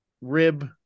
rib